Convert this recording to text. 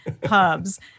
pubs